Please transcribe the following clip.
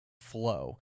flow